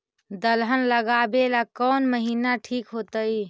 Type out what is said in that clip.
दलहन लगाबेला कौन महिना ठिक होतइ?